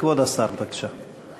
כבוד השר, בבקשה.